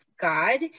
god